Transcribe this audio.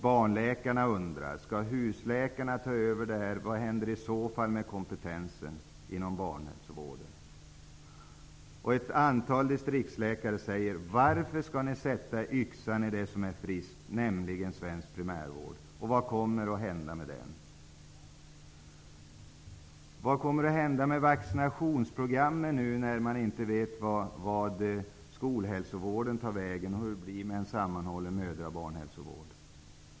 Barnläkarna undrar om husläkarna skall komma att ta över och vad som i så fall kommer att hända med kompetensen inom barnhälsovården. Ett antal distriktsläkare frågar varför vi skall sätta yxan i det som är friskt, nämligen den svenska primärvården. Man frågar sig vad som kommer att hända med den. Vad kommer att hända med vaccinationsprogrammen när man inte vet vart skolhälsovården tar vägen och hur det blir med en sammanhållen mödra och barnhälsovård?